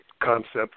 Concept